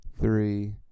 three